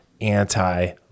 anti